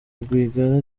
rwigara